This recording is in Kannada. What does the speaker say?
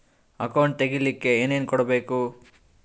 ಅಕೌಂಟ್ ತೆಗಿಲಿಕ್ಕೆ ಏನೇನು ಕೊಡಬೇಕು?